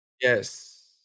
Yes